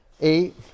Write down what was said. eight